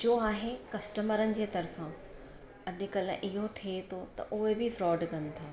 जो आहे कस्टमरनि जे तर्फ़ां अॼु कल्ह इहो थिए थो त उहे बि फ्रॉड कनि था